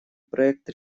проект